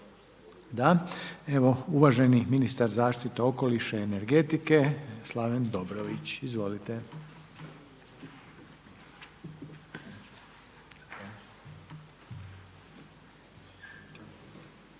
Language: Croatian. Da. Evo, uvaženi ministar zaštite okoliša i energetike Slaven Dobrović. Izvolite.